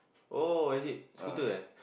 oh is it scooter eh